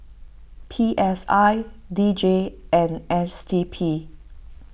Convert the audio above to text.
P S I D J and S D P